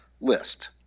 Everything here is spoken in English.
list